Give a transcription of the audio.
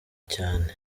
cyane